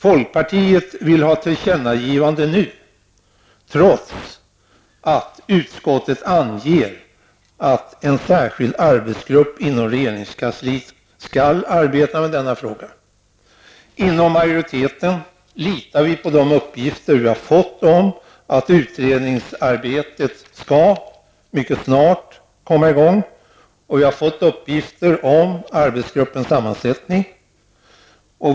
Folkpartiet vill göra ett tillkännagivande till regeringen nu, trots att utskottet anger att en särskild arbetsgrupp inom regeringskansliet skall arbeta med denna fråga. Inom majoriteten litar vi på de uppgifter som vi har fått om att ett utredningsarbete mycket snart skall komma i gång. Vi har fått uppgifter om arbetsgruppens sammansättning.